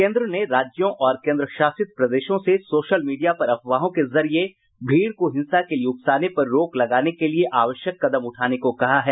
केंद्र ने राज्यों और केंद्र शासित प्रदेशों से सोशल मीडिया पर अफवाहों के जरिये भीड़ को हिंसा के लिये उकसाने पर रोक लगाने के लिये आवश्यक कदम उठाने को कहा है